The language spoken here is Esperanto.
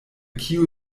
kiu